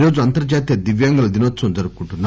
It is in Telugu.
ఈరోజు అంతర్జాతీయ దివ్యాంగుల దినోత్సవం జరుపుకుంటున్నారు